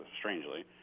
strangely